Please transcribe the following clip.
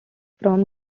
from